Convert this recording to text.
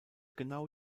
genau